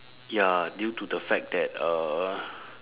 ya due to the fact that uh